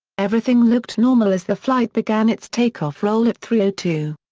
everything looked normal as the flight began its takeoff roll at three ah two.